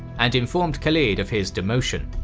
and informed khalid of his demotion.